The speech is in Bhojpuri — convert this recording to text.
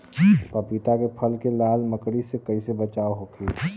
पपीता के फल के लाल मकड़ी से कइसे बचाव होखि?